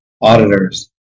auditors